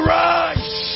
rise